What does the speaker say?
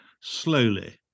slowly